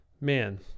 Man